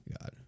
God